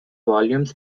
volumes